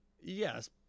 Yes